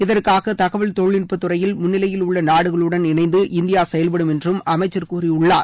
இதற்காக தகவல் தொழில்நுட்பத்துறையில் முன்னிலையில் உள்ள நாடுகளுட்ன் இணைந்து இந்தியா செயல்படும் என்றும் அமைச்சர் கூறியுள்ளார்